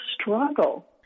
struggle